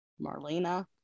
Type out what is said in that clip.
Marlena